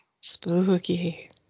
Spooky